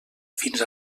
fins